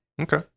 Okay